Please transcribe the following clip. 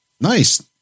Nice